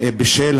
בשל